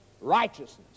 righteousness